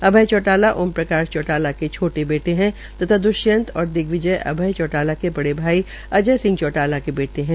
अभय चौटाला ओम प्रकाश चोटाला के छोटे भाई है तथा द्ष्यंत और दिग्विजय अभय चौटाला के बड़े भाई अजय चौटाला के बेटे है